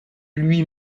lui